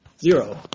Zero